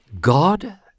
God